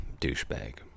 douchebag